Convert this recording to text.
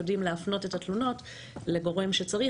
יודעים להפנות את התלונות לגורם שצריך